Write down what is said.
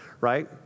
right